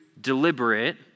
deliberate